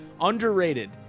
Underrated